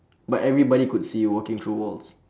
but everybody could see you walking through walls